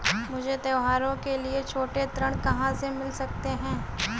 मुझे त्योहारों के लिए छोटे ऋृण कहां से मिल सकते हैं?